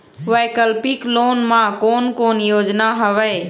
वैकल्पिक लोन मा कोन कोन योजना हवए?